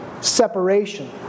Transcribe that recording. separation